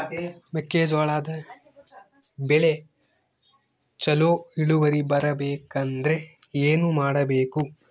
ಮೆಕ್ಕೆಜೋಳದ ಬೆಳೆ ಚೊಲೊ ಇಳುವರಿ ಬರಬೇಕಂದ್ರೆ ಏನು ಮಾಡಬೇಕು?